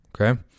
Okay